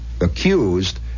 accused